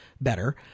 better